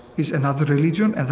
is another religion,